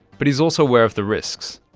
but he is also aware of the risks.